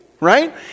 right